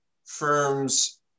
firms